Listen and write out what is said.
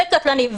זה קטלני.